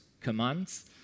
commands